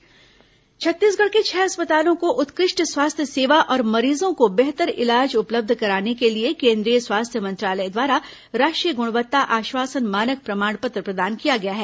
अस्पताल राष्ट्रीय ग्णवत्ता छत्तीसगढ़ के छह अस्पतालों को उत्कृष्ट स्वास्थ्य सेवा और मरीजों को बेहतर इलाज उपलब्ध कराने के लिए केंद्रीय स्वास्थ्य मंत्रालय द्वारा राष्ट्रीय गुणवत्ता आश्वासन मानक प्रमाण पत्र प्रदान किया गया है